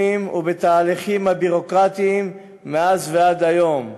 ובתהליכים הביורוקרטיים מאז ועד היום.